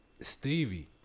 Stevie